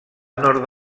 nord